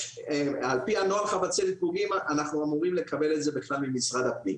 על פי נוהל חבצלת אנחנו אמורים לקבל את זה בכלל ממשרד הפנים,